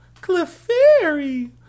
clefairy